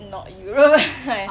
not europe